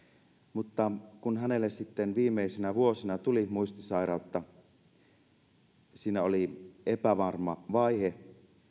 mutta kun hänelle sitten viimeisinä vuosina tuli muistisairautta niin siinä oli epävarma vaihe